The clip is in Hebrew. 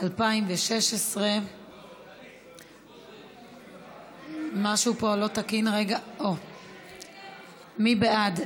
התשע"ו 2016. מי בעד?